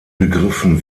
begriffen